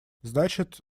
значит